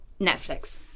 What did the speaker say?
netflix